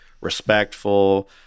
respectful